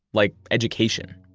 like education.